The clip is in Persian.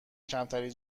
کمتری